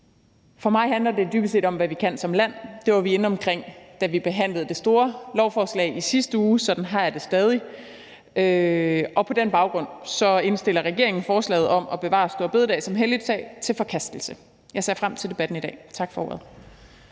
For mig handler det dybest set om, hvad vi kan som land – det var vi inde omkring, da vi behandlede det store lovforslag i sidste uge – og sådan har jeg det stadig. På den baggrund indstiller regeringen forslaget om at bevare store bededag som helligdag til forkastelse. Jeg ser frem til debatten i dag. Tak for ordet.